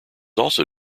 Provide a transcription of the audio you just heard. also